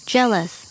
Jealous